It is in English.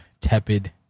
tepid